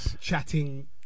chatting